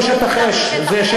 זה לא שטח אש, זה היה מגודר כשטח אש?